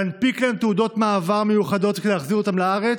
להנפיק להם תעודות מעבר מיוחדות כדי להחזיר אותם לארץ,